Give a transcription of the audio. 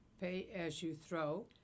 pay-as-you-throw